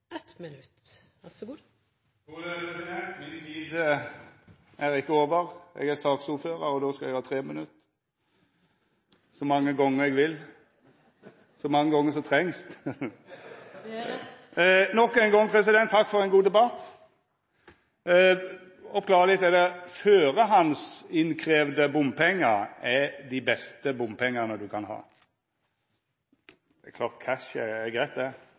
minutt. Mi tid er ikkje over. Eg er saksordførar, og då skal eg ha 3 minutt – så mange gonger eg vil, og så mange gonger som trengst. Det er rett! Nok ein gong: Takk for ein god debatt. Førehandsinnkravde bompengar er dei beste bompengane ein kan ha. Det er klart – cash er greit, det,